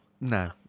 no